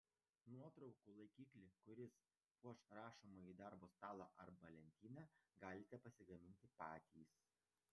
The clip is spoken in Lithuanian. nuotraukų laikiklį kuris puoš rašomąjį darbo stalą arba lentyną galite pasigaminti patys